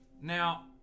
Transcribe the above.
now